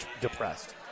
depressed